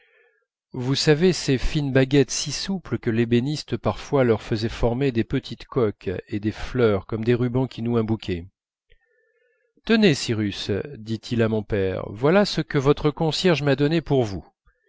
vous savez ces fines baguettes si souples que l'ébéniste parfois leur faisait former des petites coques et des fleurs comme des rubans qui nouent un bouquet tenez cyrus dit-il à mon père voilà ce que votre concierge m'a donné pour vous